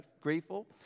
grateful